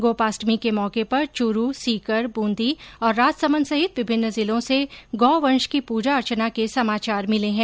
गोपाष्टमी के मौके पर चूरू सीकर बूंदी और राजसमन्द सहित विभिन्न जिलों से गौवंश की पूजा अर्चना के समाचार मिले हैं